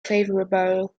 favorable